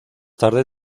tarde